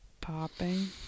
popping